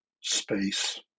space